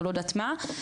או לא יודעת מה.